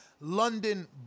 London